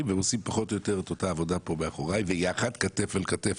והם עושים פחות או יותר את אותה עבודה פה מאחוריי ויחד כתף אל כתף,